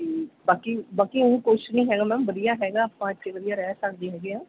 ਅਤੇ ਬਾਕੀ ਬਾਕੀ ਉਂ ਕੁਛ ਨਹੀਂ ਹੈਗਾ ਮੈਮ ਵਧੀਆ ਹੈਗਾ ਆਪਾਂ ਇੱਥੇ ਵਧੀਆ ਰਹਿ ਸਕਦੇ ਹੈਗੇ ਹਾਂ